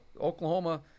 Oklahoma